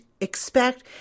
expect